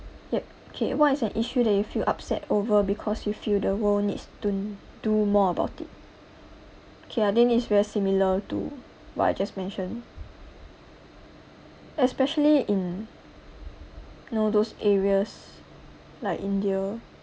yup okay what is an issue that you feel upset over because you feel the world needs to do more about it okay I think it's very similar to what I just mention especially in you know those areas like india